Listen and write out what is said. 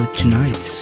tonight